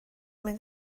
mynd